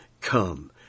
Come